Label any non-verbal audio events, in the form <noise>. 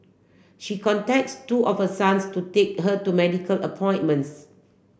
she contacts two of her sons to take her to <unintelligible> appointments